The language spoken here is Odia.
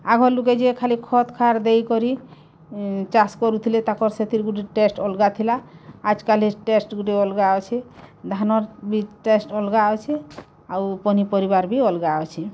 ଆଘର୍ ଲୁକେ ଯେ ଖାଲି ଖତ୍ ଖାର୍ ଦେଇକରି ଚାଷ୍ କରୁଥିଲେ ତାକର୍ ସେଥିର୍ ଗୁଟେ ଟେଷ୍ଟ୍ ଅଲଗା ଥିଲା ଆଜ୍ କାଲିର୍ ଟେଷ୍ଟ୍ ଗୁଟେ ଅଲଗା ଅଛେ ଧାନର୍ ବି ଟେଷ୍ଟ୍ ଅଲଗା ଅଛି ଆଉ ପନିପରିବାର୍ ବି ଅଲଗା ଅଛେ